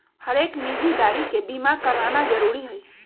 हरेक निजी गाड़ी के बीमा कराना जरूरी हई